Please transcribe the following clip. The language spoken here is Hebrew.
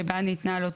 שבה ניתנה לו,